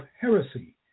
heresy